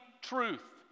truth